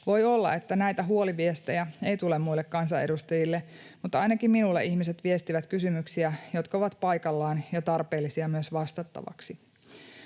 Voi olla, että näitä huoliviestejä ei tule muille kansanedustajille, mutta ainakin minulle ihmiset viestivät kysymyksiä, jotka ovat paikallaan ja tarpeellisia myös vastattavaksi.